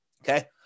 Okay